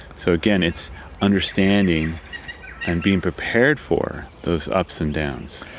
so again it's understanding and being prepared for those ups and downs.